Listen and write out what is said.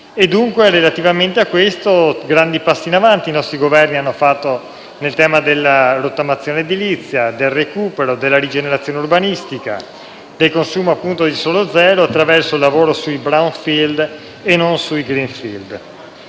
dunque, relativamente a questo, grandi passi in avanti i nostri Governo hanno fatto sul tema della rottamazione edilizia, del recupero, della rigenerazione urbanistica, del consumo di suolo zero, attraverso il lavoro sui *brownfield* e non sui *greenfield*.